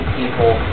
people